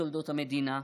בתולדות המדינה,